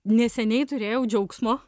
neseniai turėjau džiaugsmo